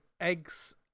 Egg's